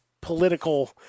political